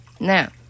Now